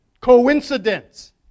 coincidence